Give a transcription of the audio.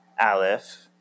Aleph